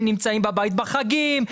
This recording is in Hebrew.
הם נמצאים בבית בחגים,